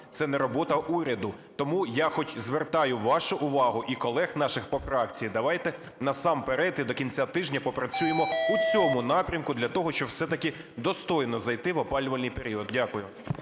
це не робота уряду. Тому я звертаю вашу увагу і колег наших по фракції, давайте, насамперед, і до кінця тижня попрацюємо у цьому напрямку для того, щоб все-таки достойно зайти в опалювальний період. Дякую.